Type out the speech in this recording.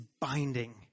binding